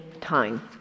time